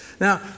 Now